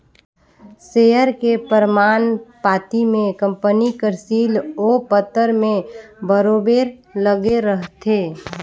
share के परमान पाती में कंपनी कर सील ओ पतर में बरोबेर लगे रहथे